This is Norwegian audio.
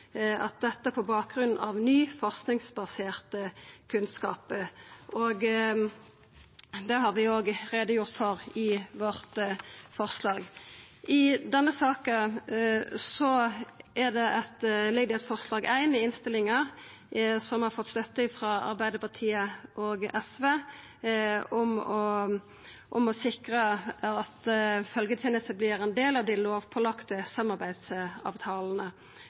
at dette er på bakgrunn av ny forskingsbasert kunnskap. Det har vi òg gjort greie for i vårt forslag. I innstillinga til denne saka ligg forslag nr. 1, som Senterpartiet har saman med Arbeidarpartiet og SV, om å sikra at følgjetenesta vert ein del av dei lovpålagde samarbeidsavtalane.